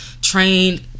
trained